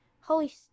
holy